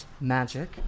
magic